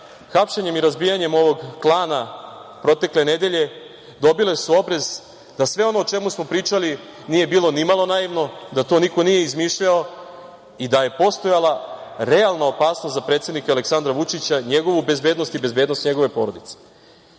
hapšenjem i razbijanjem ovog klana protekle nedelje dobile su obris da sve ono o čemu smo pričali nije bilo ni malo naivno, da to niko nije izmišljao i da je postojala realna opasnost za predsednika Aleksandra Vučića, njegovu bezbednost i bezbednost njegove porodice. Iskren